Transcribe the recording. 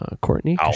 Courtney